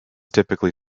typically